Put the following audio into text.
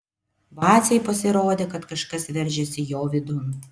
vacei pasirodė kad kažkas veržiasi jo vidun